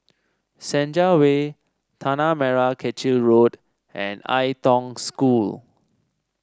Senja Way Tanah Merah Kechil Road and Ai Tong School